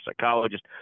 psychologist